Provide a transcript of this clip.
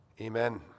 Amen